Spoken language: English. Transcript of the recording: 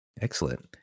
excellent